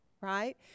right